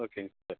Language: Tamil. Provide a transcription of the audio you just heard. ஓகேங்க சார்